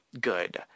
good